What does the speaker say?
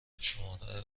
شماره